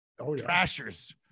Trashers